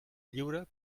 lliure